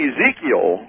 Ezekiel